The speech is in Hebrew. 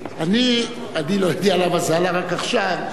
אני לא יודע למה זה עלה רק עכשיו.